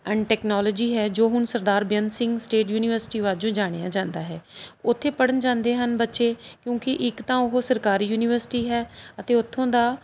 and technology ਹੈ ਜੋ ਹੁਣ ਸਰਦਾਰ ਬੇਅੰਤ ਸਿੰਘ ਸਟੇਜ ਯੂਨੀਵਰਸਿਟੀ ਵਜੋਂ ਜਾਣਿਆ ਜਾਂਦਾ ਹੈ ਉੱਥੇ ਪੜ੍ਹਨ ਜਾਂਦੇ ਹਨ ਬੱਚੇ ਕਿਉਂਕਿ ਇੱਕ ਤਾਂ ਉਹ ਸਰਕਾਰੀ ਯੂਨੀਵਰਸਿਟੀ ਹੈ ਅਤੇ ਉੱਥੋਂ ਦਾ